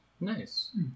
Nice